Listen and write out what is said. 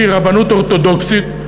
שהיא רבנות אורתודוקסית.